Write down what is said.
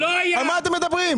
על מה אתם מדברים?